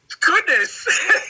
goodness